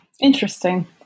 interesting